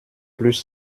plus